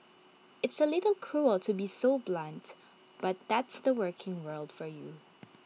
it's A little cruel to be so blunt but that's the working world for you